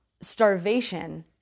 Starvation